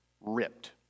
ripped